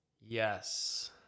Yes